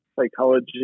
psychology